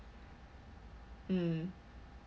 mm